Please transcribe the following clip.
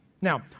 Now